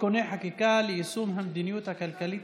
(תיקוני חקיקה ליישום המדיניות הכלכלית